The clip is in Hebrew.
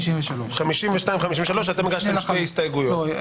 53. שתי הסתייגויות,